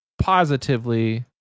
positively